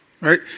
right